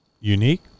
unique